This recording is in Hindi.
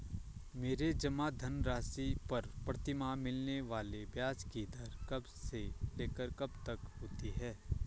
मेरे जमा धन राशि पर प्रतिमाह मिलने वाले ब्याज की दर कब से लेकर कब तक होती है?